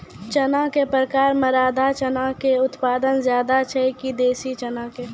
चना के प्रकार मे राधा चना के उत्पादन ज्यादा छै कि देसी चना के?